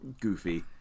Goofy